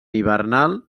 hivernal